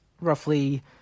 roughly